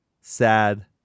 Sad